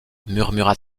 murmura